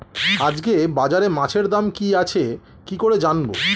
আজকে বাজারে মাছের দাম কি আছে কি করে জানবো?